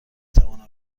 توانم